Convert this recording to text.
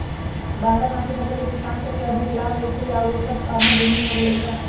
बारहमासी फसल से किसान सब के अधिक लाभ होई छई आउर ओकर आमद दोगुनी हो गेलई ह